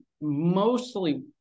mostly